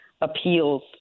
appeals